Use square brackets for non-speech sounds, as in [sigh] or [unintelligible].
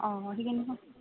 [unintelligible]